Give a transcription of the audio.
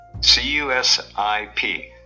c-u-s-i-p